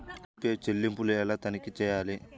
UPI చెల్లింపులు ఎలా తనిఖీ చేయాలి?